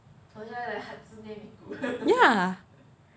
ya